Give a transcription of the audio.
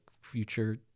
future